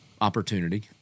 opportunity